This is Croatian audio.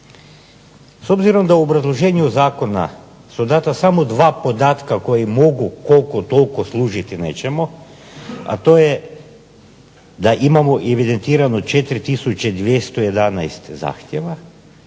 S obzirom da u obrazloženju zakona su data samo dva podatka koji mogu koliko toliko služiti nečemu, a to je da imamo evidentirano 4211 zahtjeva